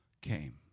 came